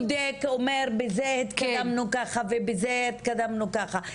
שבודק ואומר בזה התקדמנו ככה ובזה התקדמנו ככה?